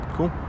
Cool